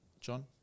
John